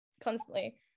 constantly